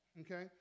Okay